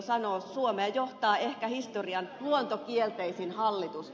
suomea johtaa ehkä historian luontokielteisin hallitus